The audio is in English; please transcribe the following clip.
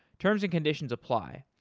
terms and conditions apply.